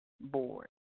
board